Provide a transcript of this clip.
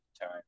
time